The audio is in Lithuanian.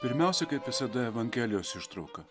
pirmiausia kaip visada evangelijos ištrauka